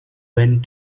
went